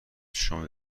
چشامو